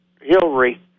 Hillary